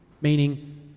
meaning